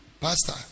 pastor